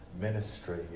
ministry